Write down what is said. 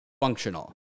functional